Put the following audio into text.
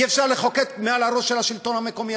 אי-אפשר לחוקק מעל הראש של השלטון המקומי,